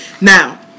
Now